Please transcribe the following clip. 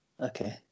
Okay